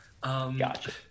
Gotcha